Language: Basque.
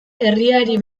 herriari